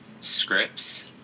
scripts